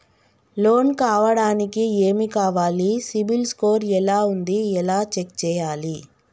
Loan కావడానికి ఏమి కావాలి సిబిల్ స్కోర్ ఎలా ఉంది ఎలా చెక్ చేయాలి?